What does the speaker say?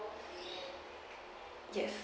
yes